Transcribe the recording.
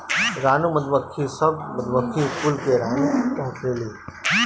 रानी मधुमक्खी सब मधुमक्खी कुल के रानी होखेली